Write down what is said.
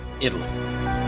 Italy